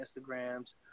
Instagrams